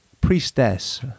Priestess